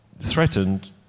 threatened